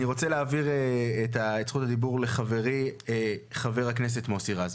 אני רוצה להעביר את זכות הדיבור לחברי חבר הכנסת מוסי רז,